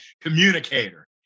communicator